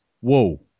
Whoa